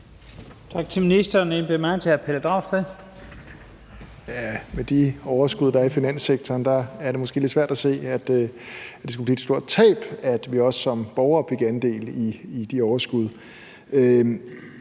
til hr. Pelle Dragsted. Kl. 20:00 Pelle Dragsted (EL): Med de overskud, der er i finanssektoren, er det måske lidt svært at se, at det skulle blive et stort tab, at vi også som borgere fik andel i de overskud.